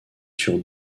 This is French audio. sur